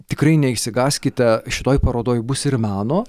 tikrai neišsigąskite šitoj parodoj bus ir meno